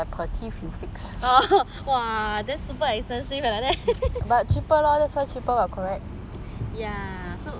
!wah! then super expensive eh like that ya so in and